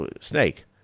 Snake